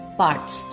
parts